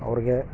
ಅವ್ರಿಗೆ